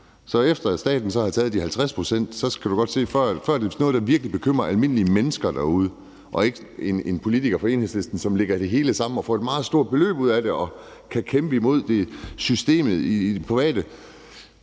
så efter at staten så har taget de 50 pct., så kan du godt se – før det er noget, der virkelig bekymrer almindelige mennesker derude, og ikke en politiker fra Enhedslisten, som lægger det hele sammen og får et meget stort beløb ud af det og kan kæmpe imod systemet i det private